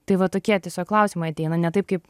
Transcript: tai va tokie tiesiog klausimai ateina ne taip kaip